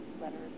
letters